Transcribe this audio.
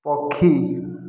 ପକ୍ଷୀ